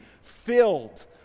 filled